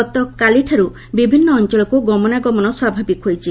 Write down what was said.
ଗତକାଲିଠାରୁ ଭିନ୍ନ ଅଂଚଳକୁ ଗମନାଗମନ ସ୍ୱାଭାବିକ ହୋଇଛି